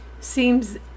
seems